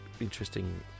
interesting